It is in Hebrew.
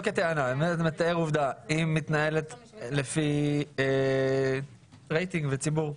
לא כטענה - התקשורת מתנהלת לפי רייטינג וציבור,